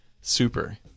Super